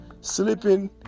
sleeping